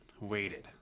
Waited